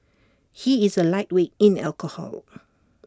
he is A lightweight in alcohol